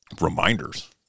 reminders